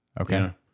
Okay